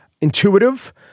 intuitive